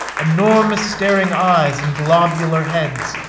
enormous staring eyes and globular heads.